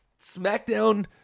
SmackDown